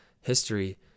History